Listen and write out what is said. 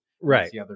Right